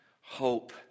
hope